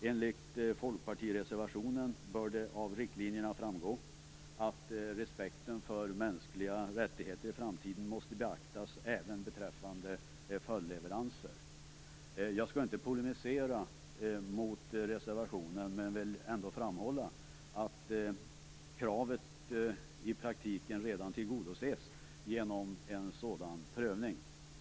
Enligt folkpartireservationen bör det av riktlinjerna framgå att respekten för mänskliga rättigheter i framtiden måste beaktas även beträffande följdleveranser. Jag skall inte polemisera mot reservationen men vill ändå framhålla att kravet i praktiken redan tillgodoses genom en sådan prövning.